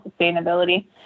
sustainability